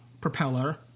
propeller